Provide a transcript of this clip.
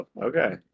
okay